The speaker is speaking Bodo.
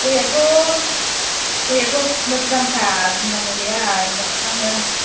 गयआथ' गयआथ' मोजांथार बुनांगौ गैया मोजांनो